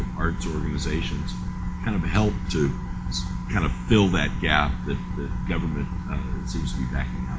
arts organizations kind of help to kind of fill that gap that government seems to be backing